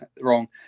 wrong